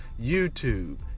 YouTube